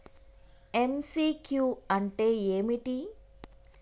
MCQ అంటే ఏమిటి?